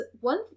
one